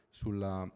sulla